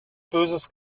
böses